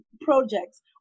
projects